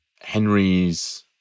Henry's